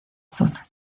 zona